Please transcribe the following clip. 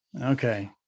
Okay